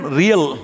real